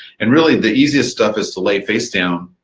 and really, the easiest stuff is to lay face down.